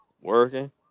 Working